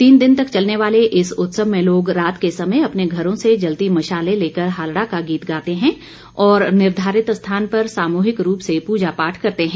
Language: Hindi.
तीन दिन तक चलने वाले इस उत्सव में लोग रात के समय अपने घरों से जलती मशालें लेकर हालड़ा का गीत गाते हैं और निर्धारित स्थान पर सामूहिक रूप से पूजा पाठ करते हैं